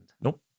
Nope